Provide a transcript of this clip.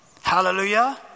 Hallelujah